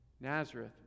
Nazareth